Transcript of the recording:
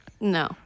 No